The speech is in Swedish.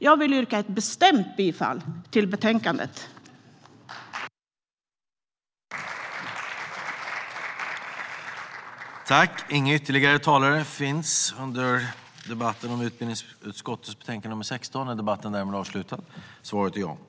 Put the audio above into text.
Jag vill yrka ett bestämt bifall till utskottets förslag!